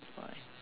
five